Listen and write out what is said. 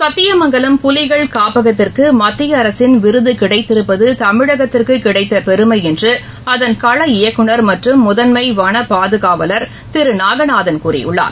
சத்தியமங்கலம் புலிகள் காப்பகத்திற்குமத்தியஅரசின் விருதுகிடைத்திருப்பதுதமிழகத்திற்குகிடைத்தபெருமைஎன்றுஅதன் கள இயக்குநர் மற்றம் முதன்ம வன பாதுகாவலர் திருநாகநாதன் கூறியுள்ளார்